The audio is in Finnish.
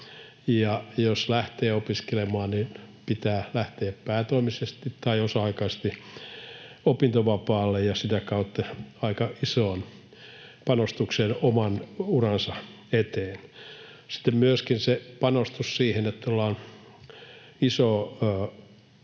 jos lähtee opiskelemaan, niin pitää lähteä päätoimisesti tai osa-aikaisesti opintovapaalle ja sitä kautta aika isoon panostukseen oman uransa eteen. Sitten myöskin se panostus siihen, että ollaan isoa